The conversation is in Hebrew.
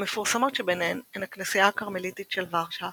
והמפורסמות שביניהן הן הכנסייה הכרמליטית של ורשה,